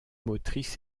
motrices